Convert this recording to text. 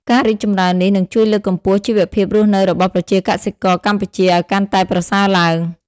ការរីកចម្រើននេះនឹងជួយលើកកម្ពស់ជីវភាពរស់នៅរបស់ប្រជាកសិករកម្ពុជាឲ្យកាន់តែប្រសើរឡើង។